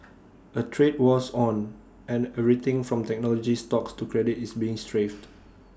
A trade war's on and everything from technology stocks to credit is being strafed